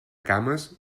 cames